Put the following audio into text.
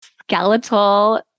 skeletal